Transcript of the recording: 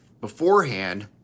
beforehand